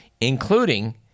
including